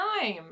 time